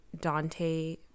Dante